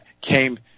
came